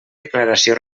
declaració